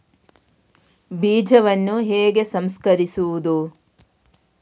ಬೀಜವನ್ನು ಹೇಗೆ ಸಂಸ್ಕರಿಸುವುದು?